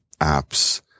apps